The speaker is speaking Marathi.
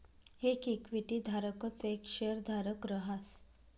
येक इक्विटी धारकच येक शेयरधारक रहास